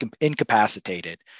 incapacitated